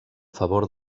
favor